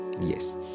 Yes